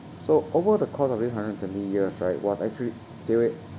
so over the course of this hundred and twenty years right was actually